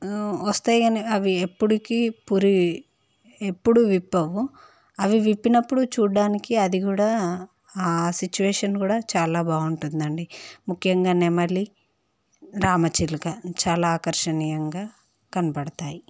వస్తాయి కానీ అవి ఎప్పటికీ పురి ఎప్పుడు విప్పవు అవి విప్పినప్పుడు చూడటానికి అది కూడా ఆ సిచ్యువేషన్ కూడా చాలా బాగుంటుంది అండి ముఖ్యంగా నెమలి రామచిలుక చాలా ఆకర్షణీయంగా కనబడతాయి